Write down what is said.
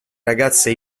ragazze